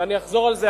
ואני אחזור על זה,